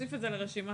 הנסמכת על צילום ממכשיר